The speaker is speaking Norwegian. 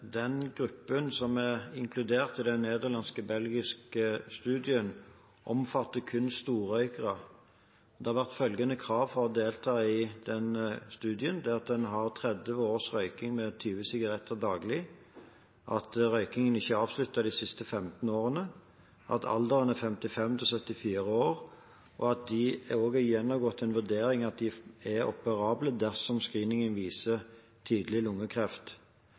den gruppen som er inkludert i den nederlandsk-belgiske studien, omfatter kun storrøykere. Kravene for å delta i den studien har vært 30 års røyking med 20 sigaretter daglig, at røykingen ikke er avsluttet de siste 15 årene, at alderen er mellom 55 og 74 år, og at man også har gjennomgått en vurdering av at man er operabel dersom screeningen viser tydelig lungekreft.